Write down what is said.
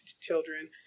children